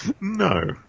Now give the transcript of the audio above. No